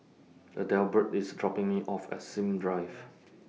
Adelbert IS dropping Me off At Sims Drive